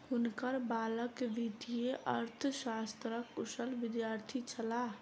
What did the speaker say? हुनकर बालक वित्तीय अर्थशास्त्रक कुशल विद्यार्थी छलाह